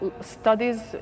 studies